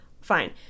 fine